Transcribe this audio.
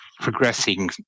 progressing